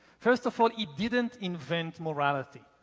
first of all, it didn't invent morality.